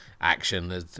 action